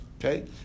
Okay